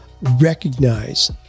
recognize